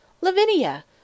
Lavinia